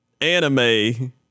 anime